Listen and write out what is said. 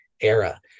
era